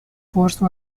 force